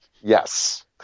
Yes